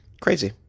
crazy